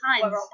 times